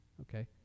Okay